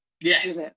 yes